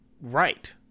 right